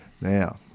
Now